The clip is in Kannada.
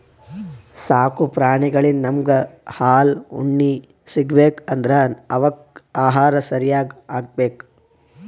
ಸಾಕು ಪ್ರಾಣಿಳಿಂದ್ ನಮ್ಗ್ ಹಾಲ್ ಉಣ್ಣಿ ಸಿಗ್ಬೇಕ್ ಅಂದ್ರ ಅವಕ್ಕ್ ಆಹಾರ ಸರ್ಯಾಗ್ ಹಾಕ್ಬೇಕ್